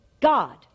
God